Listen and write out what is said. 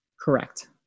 Correct